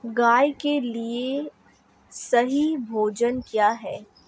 गाय के लिए सही भोजन क्या है?